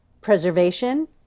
preservation